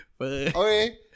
Okay